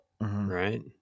right